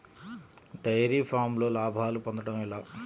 Dairy ఫామ్లో లాభాలు పొందడం ఎలా?